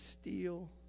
steal